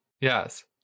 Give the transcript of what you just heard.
Yes